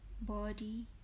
body